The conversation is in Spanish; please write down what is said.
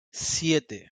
siete